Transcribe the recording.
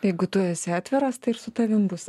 jeigu tu esi atviras tai ir su tavim bus